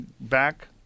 back